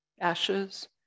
Ashes